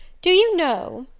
do you know,